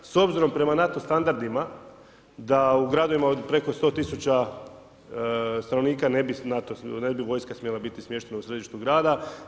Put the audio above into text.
S obzirom prema NATO-a standardima, da u gradovima preko 100000 stanovnika, ne bi vojska smjela biti smještena u središtu grada.